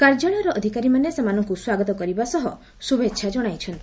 କାର୍ଯ୍ୟାଳୟର ଅଧିକାରୀମାନେ ସେମାନଙ୍କୁ ସ୍ୱାଗତ କରିବା ସହ ଶୁଭେଛା ଜଣାଇଛନ୍ତି